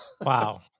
Wow